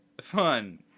Fun